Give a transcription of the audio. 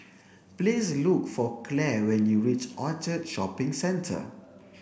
please look for Claire when you reach Orchard Shopping Centre